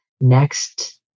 next